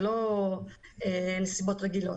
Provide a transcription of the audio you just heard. זה לא נסיבות רגילות,